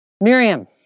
Miriam